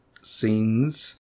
scenes